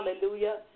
hallelujah